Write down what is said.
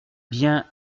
bien